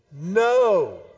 No